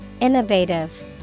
Innovative